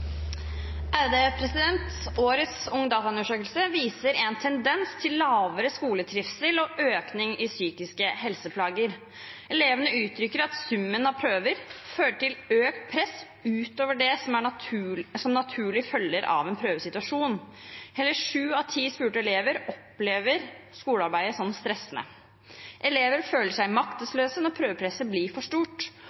viser en tendens til lavere skoletrivsel og økning i psykiske helseplager. Elevene uttrykker at summen av prøver fører til økt press utover det som naturlig følger av en prøvesituasjon. Hele sju av ti spurte elever opplever skolearbeid som stressende. Elever føler seg